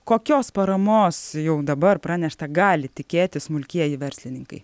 kokios paramos jau dabar pranešta gali tikėtis smulkieji verslininkai